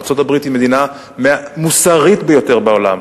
ארצות-הברית היא המדינה המוסרית ביותר בעולם.